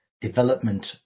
development